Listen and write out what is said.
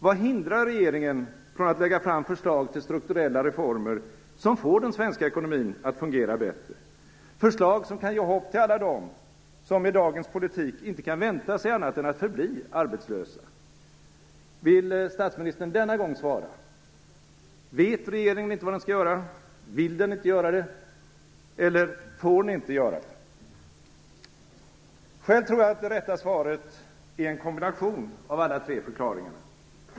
Vad hindrar regeringen från att lägga fram förslag till strukturella reformer som får den svenska ekonomin att fungera bättre, förslag som kan ge hopp till alla dem som med dagens politik inte kan vänta sig annat än att förbli arbetslösa? Vill statsministern denna gång svara? Vet regeringen inte vad den skall göra? Vill den inte göra det? Eller får den inte göra det? Själv tror jag att det rätta svaret är en kombination av alla tre förklaringarna.